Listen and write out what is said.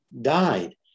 died